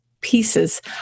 pieces